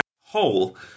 whole